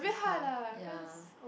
tough ya